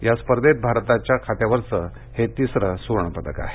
या स्पर्धेत भारताच्या खात्यावरचं हे तिसरं सुवर्ण पदक आहे